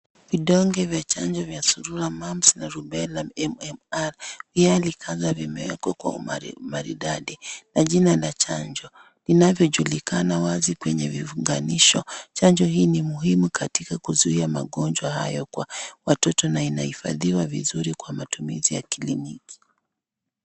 Vidonge vya chanjo vya surua, mumps na surua na rubella MMR,pia likaza umeekwa kwa umaridadi na jina la chanjo inayojulikana wazi kwenye iliyounganishwa. Chanjo hii ni muhimu katika kuzuia magonjwa bata kwa watoto na inahifadhiwa vizuri Kwa matumizi ya kliniki.